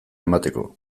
emateko